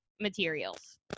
materials